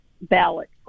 ballot